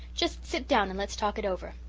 just sit down and let's talk it over.